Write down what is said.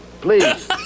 Please